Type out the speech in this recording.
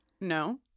no